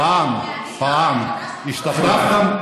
פעם השתחררתם?